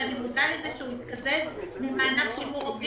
ואני מודע לזה שהוא מתקזז ממענק שימור עובדים,